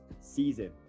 season